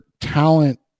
talent